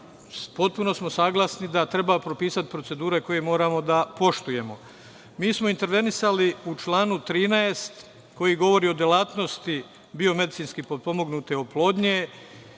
potpuno smo saglasni da treba propisati procedure koje moramo da poštujemo. Mi smo intervenisali u članu 13, koji govori o delatnosti BMPO, i samu delatnost koju